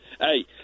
Hey